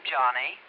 Johnny